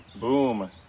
Boom